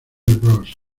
bros